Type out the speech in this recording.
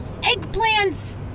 Eggplants